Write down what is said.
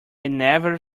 never